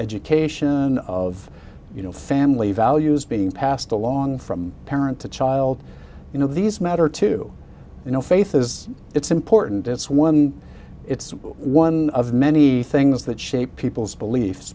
education of you know family values being passed along from parent to child you know these matter to you know faith is it's important it's one it's one of many things that shape people's beliefs